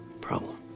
problem